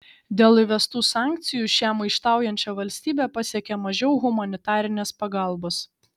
dėl įvestų sankcijų šią maištaujančią valstybę pasiekia mažiau humanitarinės pagalbos